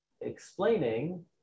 Explaining